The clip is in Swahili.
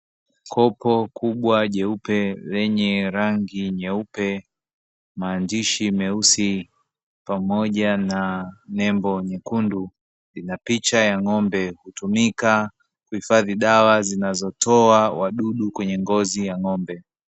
Kopo kubwa jeupe lenye rangi nyeupe, maandishi meusi pamoja na nembo nyekundu ina picha ya ng'ombe hutumika kuhifadhi dawa zinazotoa wadudu kwenye ngozi ya ng'ombe.